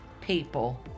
people